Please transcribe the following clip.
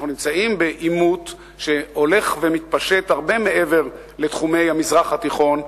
אנחנו נמצאים בעימות שהולך ומתפשט הרבה מעבר לתחומי המזרח התיכון,